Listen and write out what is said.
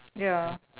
ya